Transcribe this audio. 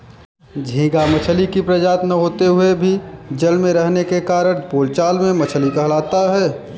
झींगा मछली की प्रजाति न होते हुए भी जल में रहने के कारण बोलचाल में मछली कहलाता है